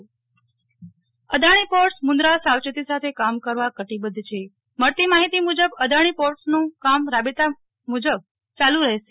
Nehal Thakkar Adani ports Adani ports Mundra સાવચેતી સાથે કામ કરવા કટિબદ્ધ છે મળતી માહિતી મુજબ અદાણી પોર્ટ્સનું કામકાજ રાબેતા મુજબ ચાલુ રફેશે